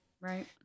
Right